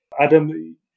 adam